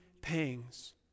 pangs